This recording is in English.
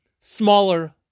smaller